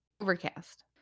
overcast